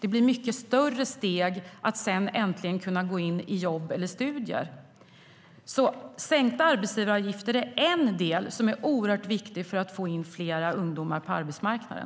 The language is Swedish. Det blir sedan ett mycket större steg när man äntligen kan gå över till jobb eller studier. De sänkta arbetsgivaravgifterna är oerhört viktiga för att få in fler ungdomar på arbetsmarknaden.